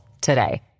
today